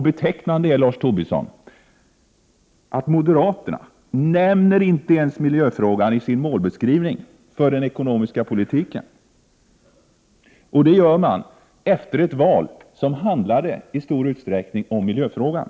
Betecknande är, Lars Tobisson, att moderaterna inte ens nämner miljöfrågan i sin målbeskrivning för den ekonomiska politiken, och det efter ett val som i stor utsträckning handlade 63 om miljöfrågan.